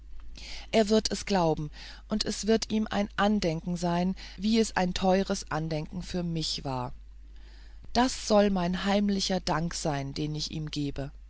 er wird es glauben und es wird ihm ein andenken sein wie es ein teures andenken für mich war das soll der heimliche dank sein den ich ihm gebe